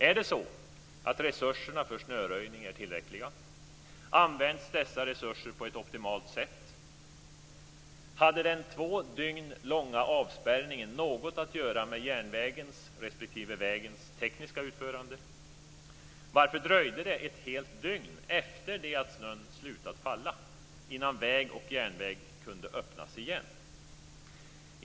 Är resurserna för snöröjning tillräckliga? Används dessa resurser på ett optimalt sätt? Hade den två dygn långa avspärrningen något att göra med järnvägens respektive vägens tekniska utförande? Varför dröjde det ett helt dygn efter det att snön slutat falla innan väg och järnväg kunde öppnas igen?